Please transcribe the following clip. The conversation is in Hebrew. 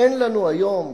אין לנו היום,